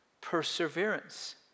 perseverance